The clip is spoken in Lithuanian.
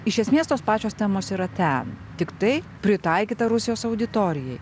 iš esmės tos pačios temos yra ten tiktai pritaikyta rusijos auditorijai